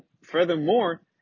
furthermore